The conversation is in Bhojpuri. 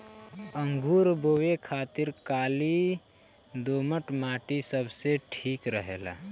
अंगूर बोए खातिर काली दोमट माटी सबसे ठीक रहेला